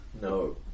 no